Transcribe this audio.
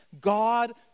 God